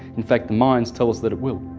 in fact the mayans tells us that it will,